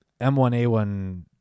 M1A1